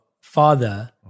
father